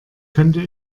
könnte